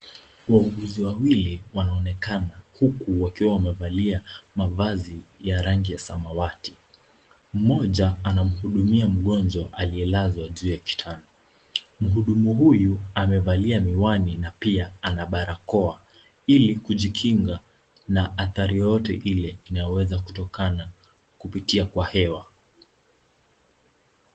Wauguzi wawili wanaonekana, huku wakiwa wamevalia mavazi ya rangi ya samawati. Mmoja anamhudumiwa mgonjwa aliyelazwa juu ya kitanda. Mhudumu huyu amevalia miwani na pia ana barakoa, ili kujikinga na athari yoyote ile inayoweza kutokana kupitia kwa hewa.